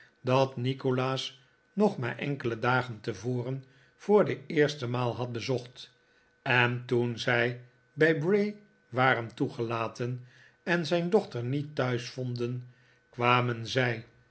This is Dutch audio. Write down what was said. dat nikolaas nog maar enkele dagen tevoren voor de eerste maal had bezocht en toen zij bij bray waren toegelaten en zijn dochter niet thuis vonden kwamen zij